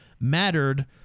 mattered